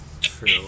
true